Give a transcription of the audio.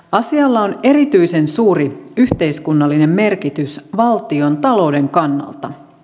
asialla on erityisen suuri yhteiskunnallinen merkitys valtion talouden kannalta